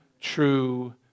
true